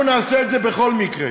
אנחנו נעשה את זה בכל מקרה.